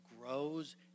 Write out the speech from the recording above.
grows